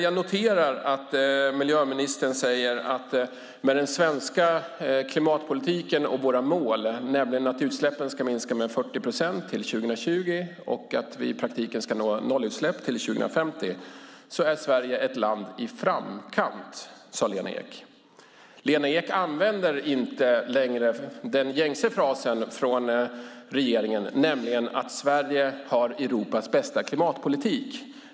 Jag noterar att miljöministern säger att med den svenska klimatpolitiken och våra mål, nämligen att utsläppen ska minska med 40 procent till 2020 och att vi i praktiken ska nå nollutsläpp till 2050, är Sverige ett land i framkant. Lena Ek använder inte längre den gängse frasen från regeringen, nämligen att Sverige har Europas bästa klimatpolitik.